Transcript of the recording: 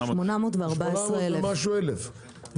18 ומשהו אלף,